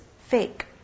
fake